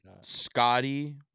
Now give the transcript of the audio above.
Scotty